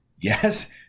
Yes